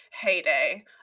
heyday